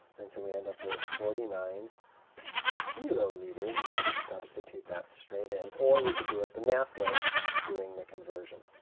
and so we end up with forty nine kiloliters, and we can just substitute that straight in, or we could do it the math way, and doing the conversion.